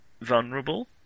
vulnerable